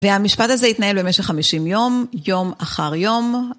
והמשפט הזה התנהל במשך 50 יום, יום אחר יום.